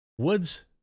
Woods